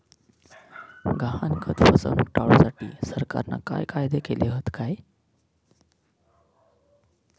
गहाणखत फसवणूक टाळुसाठी सरकारना काय कायदे केले हत काय?